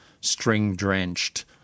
string-drenched